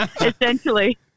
essentially